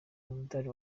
umudali